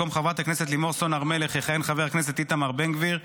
במקום חברת הכנסת לימור סון הר מלך יכהן חבר הכנסת איתמר בן גביר,